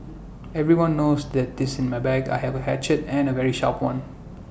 everyone knows that this in my bag I have A hatchet and A very sharp one